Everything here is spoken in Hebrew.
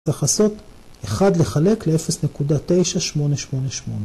יחסות 1 לחלק ל-0.9888.